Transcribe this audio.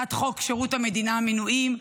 הצעת חוק שירות המדינה (מינויים)